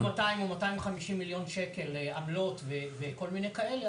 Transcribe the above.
250 מיליון שקל עמלות וכל מיני כאלה,